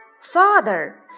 Father